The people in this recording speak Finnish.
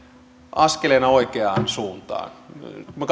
askeleena oikeaan suuntaan kun minä